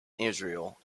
israel